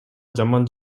жаман